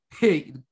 Hey